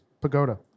Pagoda